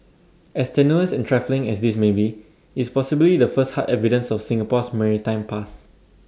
as tenuous and trifling as this may be IT is possibly the first hard evidences of Singapore's maritime past